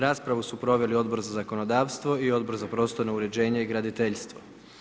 Raspravu su proveli Odbor za zakonodavstvo i Odbor za prostorno uređenje i graditeljstvo.